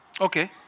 Okay